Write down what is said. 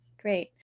Great